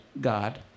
God